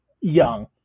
young